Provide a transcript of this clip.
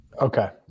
Okay